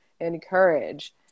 encourage